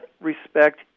respect